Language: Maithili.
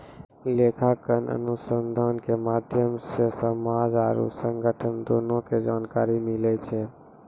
लेखांकन अनुसन्धान के माध्यम से समाज आरु संगठन दुनू के जानकारी मिलै छै